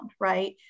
right